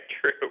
True